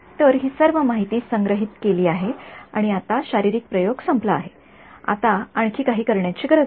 तर ही सर्व माहिती संग्रहित केली आहे आणि आता शारीरिक प्रयोग संपला आहे मला आणखी काही करण्याची गरज नाही